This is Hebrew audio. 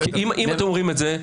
אם אתם אומרים את זה,